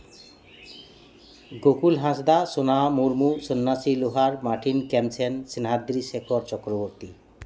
Gokul Hansda Sonaha Murmu Sonnasi Lohsar Martin Kensen Snehadri Sekhar Chakraborty